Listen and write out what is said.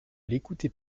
l’écoutez